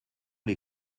les